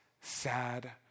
sad